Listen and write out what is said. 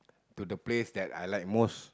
to the place that I like most